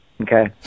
okay